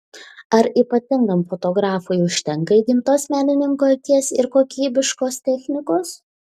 ar ypatingam fotografui užtenka įgimtos menininko akies ir kokybiškos technikos